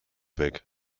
weg